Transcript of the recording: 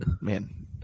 man